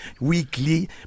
weekly